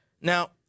Now